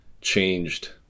changed